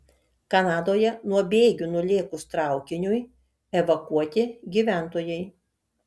kanadoje nuo bėgių nulėkus traukiniui evakuoti gyventojai